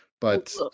but-